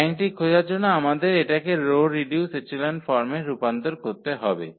র্যাঙ্কটি খোঁজার জন্য আমাদের এটাকে রো রিডিউস ইচেলন ফর্মে রূপান্তর করতে হবে